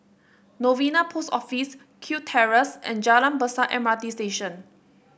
Novena Post Office Kew Terrace and Jalan Besar M R T Station